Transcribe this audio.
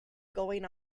going